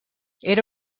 era